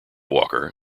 walker